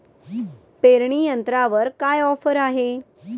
पेरणी यंत्रावर काय ऑफर आहे?